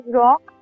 rock